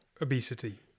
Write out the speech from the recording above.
obesity